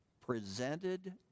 Presented